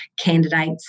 candidates